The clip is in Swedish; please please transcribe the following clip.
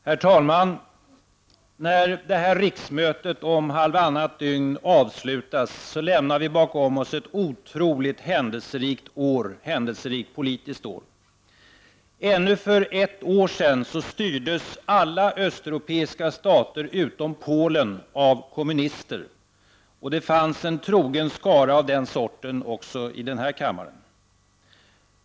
Herr talman! När det här riksmötet om halvannat dygn avslutas lämnar vi bakom oss ett otroligt händelserikt politiskt år. Ännu för ett år sedan styrdes alla östeuropeiska stater utom Polen av kommunister, och det fanns en trogen skara av den sorten också i denna kammare.